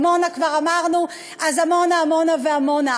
עמונה כבר אמרנו, אז: עמונה ועמונה ועמונה.